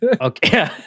Okay